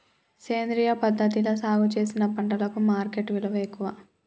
సేంద్రియ పద్ధతిలా సాగు చేసిన పంటలకు మార్కెట్ విలువ ఎక్కువ